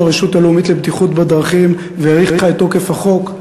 הרשות הלאומית לבטיחות בדרכים והאריכה את תוקף החוק,